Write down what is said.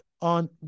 on